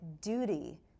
duty